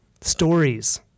Stories